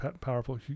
powerful